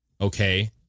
okay